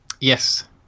Yes